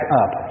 up